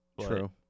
True